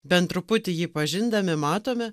bent truputį jį pažindami matome